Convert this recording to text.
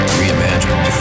reimagined